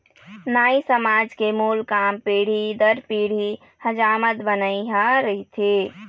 नाई समाज के मूल काम पीढ़ी दर पीढ़ी हजामत बनई ह रहिथे